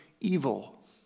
evil